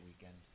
weekend